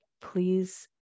please